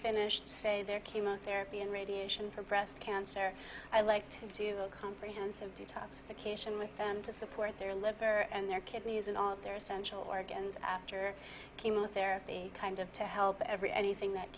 finished say their chemotherapy and radiation for breast cancer i like to do a comprehensive detoxification with them to support their liver and their kidneys and all their essential organs after chemotherapy kind of to help every anything that